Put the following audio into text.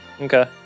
Okay